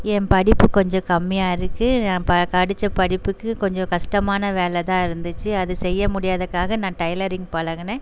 என் படிப்பு கொஞ்சம் கம்மியாக இருக்குது நான் பா படிச்ச படிப்புக்கு கொஞ்சம் கஸ்டமான வேலை தான் இருந்துச்சு அது செய்ய முடியாததுக்காக நான் டைலரிங் பழகுனேன்